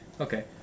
Okay